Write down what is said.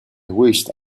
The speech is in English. wished